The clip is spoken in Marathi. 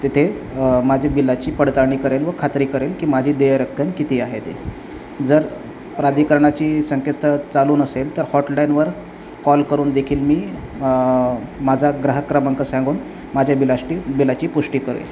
तिथे माझी बिलाची पडताळणी करेल व खात्री करेन की माझी देय रक्कम किती आहे ते जर प्राधिकरणाची संकेतस्थळ चालू नसेल तर हॉटलाईनवर कॉल करून देखील मी माझा ग्राहक क्रमांक सांगून माझ्या बिलाची बिलाची पुष्टी करेल